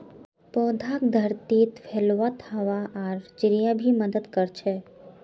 पौधाक धरतीत फैलवात हवा आर चिड़िया भी मदद कर छे